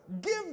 Give